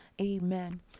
Amen